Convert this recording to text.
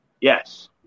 Yes